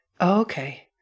Okay